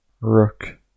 Rook